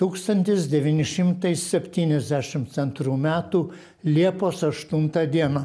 tūkstantis devyni šimtai septyniasdešimts antrų metų liepos aštuntą dieną